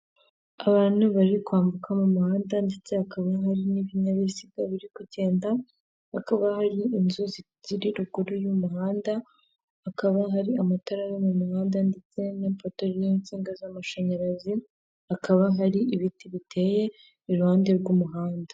Abantu bari kwambuka mu muhanda ndetse hakaba hari n'ibinyabiziga biri kugenda, hakaba hari inzu ziri ruguru y'umuhanda, hakaba hari amatara yo mu muhanda ndetse n'ipoto ririho insinga z'amashanyarazi, hakaba hari ibiti biteye iruhande rw'umuhanda.